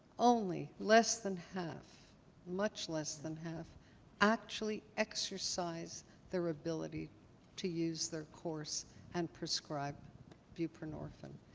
only less than half much less than half actually exercise their ability to use their course and prescribe buprenorphine.